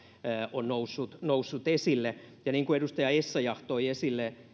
on noussut noussut esille niin kuin edustaja essayah toi esille